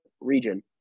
region